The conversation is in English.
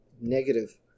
negative